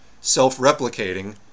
self-replicating